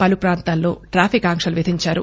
పలు పాంతాలలో టాఫిక్ ఆంక్షలు విధించారు